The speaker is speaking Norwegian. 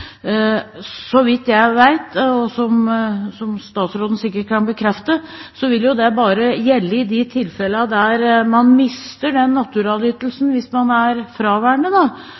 Så vidt jeg vet, og som statsråden sikkert kan bekrefte, vil det bare gjelde i de tilfellene der man mister den naturalytelsen hvis man er fraværende,